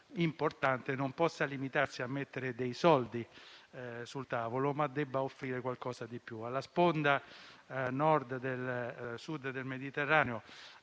importante, non possa limitarsi a mettere dei soldi sul tavolo, ma debba offrire qualcosa di più. Alla sponda Sud del Mediterraneo